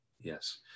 Yes